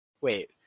wait